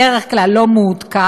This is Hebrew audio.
בדרך כלל לא מעודכן,